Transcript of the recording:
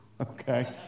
Okay